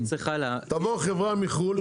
תבוא חברה מחו"ל ותרצה להשקיע בארץ.